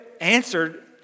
answered